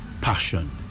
passion